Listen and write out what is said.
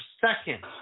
second